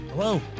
Hello